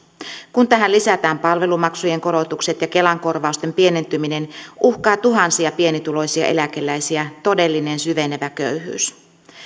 kun tähän lisätään palvelumaksujen korotukset ja kelan korvausten pienentyminen uhkaa tuhansia pienituloisia eläkeläisiä todellinen syvenevä köyhyys